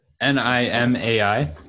N-I-M-A-I